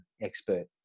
expert